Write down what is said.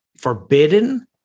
forbidden